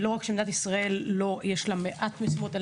ולא רק שלמדינת ישראל יש מעט משימות,